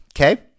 Okay